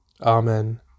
Amen